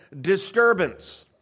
disturbance